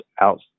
out